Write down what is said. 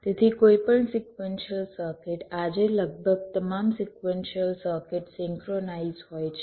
તેથી કોઈપણ sequential circuit આજે લગભગ તમામ સિક્વન્શિયલ સર્કિટ સિંક્રોનાઇઝ હોય છે